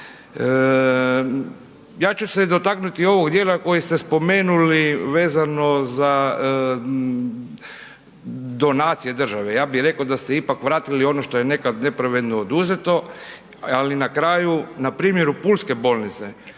Ja ću se dotaknuti ovog dijela koji ste spomenuli vezano za donacije države, ja bih rekao da ste ipak vratili ono što je nekad nepravedno oduzeto, ali na kraju, na primjeru pulske bolnice,